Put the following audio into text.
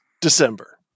December